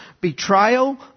betrayal